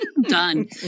Done